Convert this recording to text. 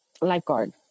lifeguard